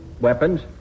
weapons